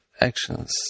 actions